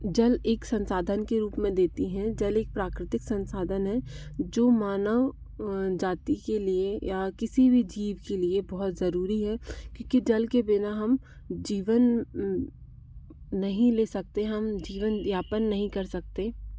जल एक संसाधन के रूप में देती हैं जल एक प्राकृतिक संसाधन है जो मानव जाति के लिए या किसी भी जीव के लिए बहुत ज़रूरी है क्योंकि जल के बिना हम जीवन नहीं ले सकते हम जीवन यापन नहीं कर सकते